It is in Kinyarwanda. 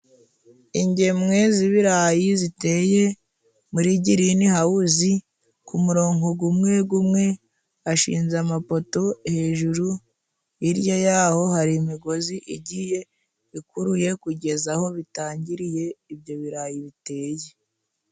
Ingemwe z'ibirayi ziteye muri girini hawuzi, ku murongo gumwe gumwe hashinze amapoto hejuru, hirya y'aho hari imigozi igiye ikuruye kugeza aho bitangiriye ibyo birarayi biteye.